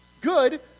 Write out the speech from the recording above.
good